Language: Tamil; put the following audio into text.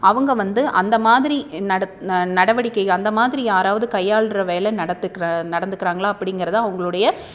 அவங்க வந்து அந்த மாதிரி ந நடவடிக்கை அந்த மாதிரி யாராவது கையாளுகிற வகையில் நடத்துக்கு நடந்துக்குறாங்களால் அப்படிங்கிறத அவங்களுடைய